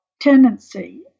tendency